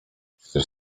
przecież